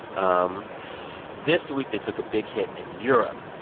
um this week, they took a big hit in europe.